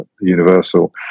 universal